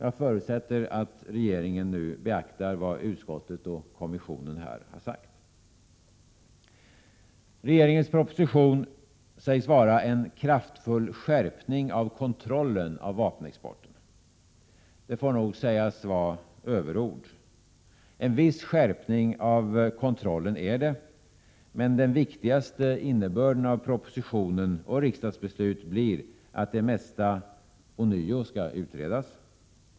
Jag förutsätter att regeringen nu beaktar vad utskott och kommission här har sagt. Regeringens proposition sägs vara en kraftfull skärpning av kontrollen av vapenexporten. Det får nog sägas vara överord. En viss skärpning av kontrollen är det, men den viktigaste innebörden av propositionen och riksdagens beslut blir att det mesta ånyo skall utredas.